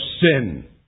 sin